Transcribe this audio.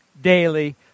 daily